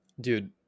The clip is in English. Dude